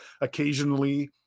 occasionally